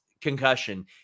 concussion